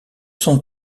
son